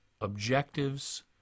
objectives